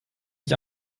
ich